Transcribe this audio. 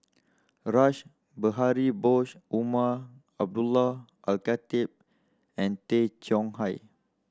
Rash Behari Bose Umar Abdullah Al Khatib and Tay Chong Hai